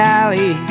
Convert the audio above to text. alley